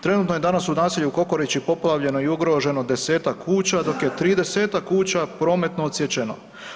Trenutno je danas u naselju Kokorići poplavljeno i ugroženo 10-tak kuća, dok je 30-tak kuća prometno odsječeno.